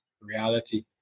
reality